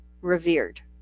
revered